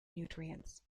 nutrients